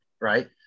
right